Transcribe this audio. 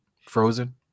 frozen